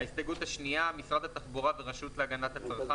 ההסתייגות השנייה: משרד התחבורה ורשות להגנת הצרכן